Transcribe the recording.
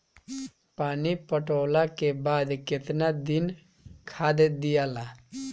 पानी पटवला के बाद केतना दिन खाद दियाला?